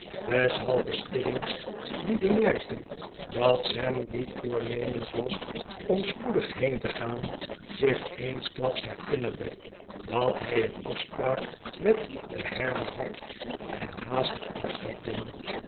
weshalve stiggins die bemerkte dat sam niet voornemens was om spoedig heen te gaan zich eensklaps herinnerde dat hij een afspraak met den herder had en haastig afscheid nam